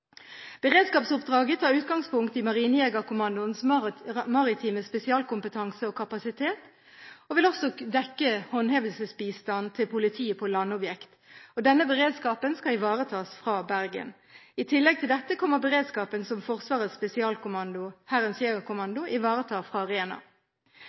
Beredskapsoppdraget tar utgangspunkt i Marinejegerkommandoens maritime spesialkompetanse og kapasitet og vil også dekke håndhevelsesbistand til politiet på landobjekter. Denne beredskapen skal ivaretas fra Bergen. I tillegg til dette kommer beredskapen som Forsvarets